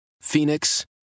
Phoenix